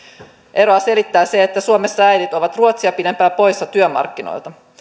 eroa selittää se että suomessa äidit ovat ruotsia pidempään poissa työmarkkinoilta